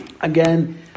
Again